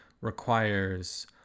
requires